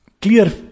clear